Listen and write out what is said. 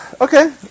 Okay